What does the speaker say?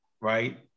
right